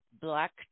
black